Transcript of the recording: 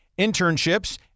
internships